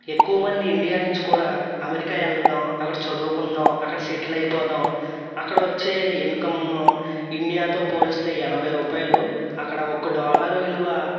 ఎక్కువ మంది ఇండియా నుంచి కూడా అమెరికా వెళదాము అక్కడ చదువుకుందాము అక్కడ సెటిల్ అయిపోదాము అక్కడ వచ్చే ఇన్కమ్ ఇండియాతో పోలిస్తే ఎనబై రూపాయలు అక్కడ ఒక్క డాలర్ విలువ